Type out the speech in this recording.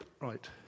right